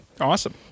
awesome